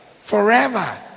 forever